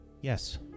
Yes